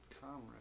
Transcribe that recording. Comrade